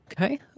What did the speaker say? Okay